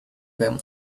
them